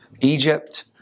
Egypt